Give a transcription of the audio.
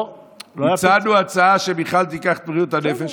הצענו הצעה שמיכל תיקח את בריאות הנפש.